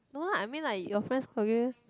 no lah I mean like your friends call you